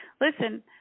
Listen